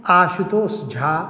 Ashutosh Jha